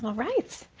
right.